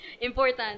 important